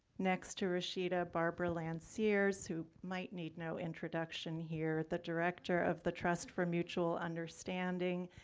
next to rashida, barbara lanciers, who might need no introduction here, the director of the trust for mutual understanding,